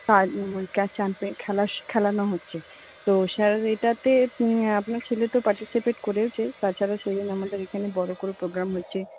খেলানো হচ্ছে তো স্যার এটাতে আপনার ছেলে তো পার্টিসিপেট করেওছে তাছাড়া সেদিন আমাদের এখানে বড়ো করে প্রোগ্রাম হচ্ছে